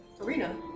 arena